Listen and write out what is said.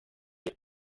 year